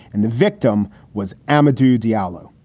and the victim was amadou diallo.